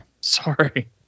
Sorry